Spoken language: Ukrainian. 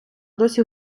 досі